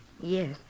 Yes